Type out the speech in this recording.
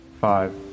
five